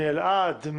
מאלעד,